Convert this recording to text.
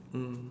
mm